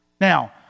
Now